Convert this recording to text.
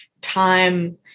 time